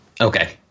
Okay